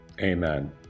Amen